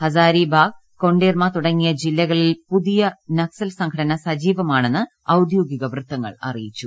ഹസാരിബാഗ് കൊണ്ടേർമ തുടങ്ങിയ ജില്ലകളിൽ പുതിയ നക്സൽ സംഘടന സജീവമാണെന്ന് ഔദ്യോഗിക വൃത്ത ങ്ങൾ അറിയിച്ചു